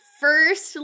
first